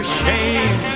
shame